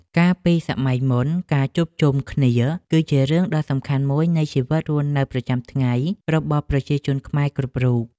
កាលពីសម័យមុនការជួបជុំគ្នា គឺជារឿងដ៏សំខាន់មួយនៃជីវិតរស់នៅប្រចាំថ្ងៃរបស់ប្រជាជនខ្មែរគ្រប់រូប។